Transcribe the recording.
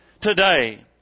today